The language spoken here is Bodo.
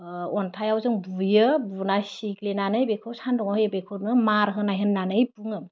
अन्थाइआव जों बुयो बुना सिग्लेनानै बेखौ सान्दुंआव होयो बेखौनो मार होनाय होन्नानै बुङो